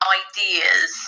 ideas